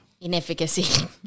Inefficacy